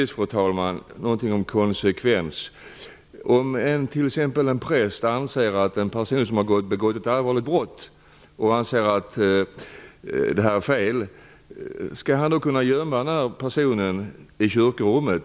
Slutligen någonting om konsekvens: Om t.ex. en präst anser att en person, som har begått ett allvarligt brott, har gjort fel, skall han då kunna gömma denna person i kyrkorummet?